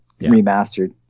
remastered